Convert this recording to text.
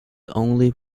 only